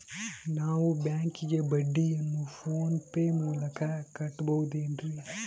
ನಾವು ಬ್ಯಾಂಕಿಗೆ ಬಡ್ಡಿಯನ್ನು ಫೋನ್ ಪೇ ಮೂಲಕ ಕಟ್ಟಬಹುದೇನ್ರಿ?